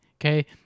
Okay